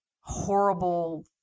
horrible